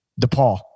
DePaul